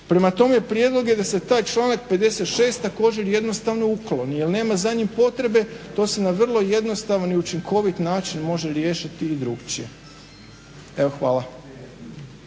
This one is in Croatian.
Prema tome, prijedlog je da se taj članak 56. također jednostavno ukloni jer nema za njih potrebe. To se na vrlo jednostavan i učinkovit način može riješiti i drukčije. Evo hvala.